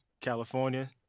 California